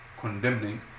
condemning